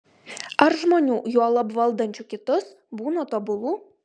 ar žmonių juolab valdančių kitus būna tobulų